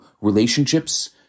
relationships